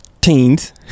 teens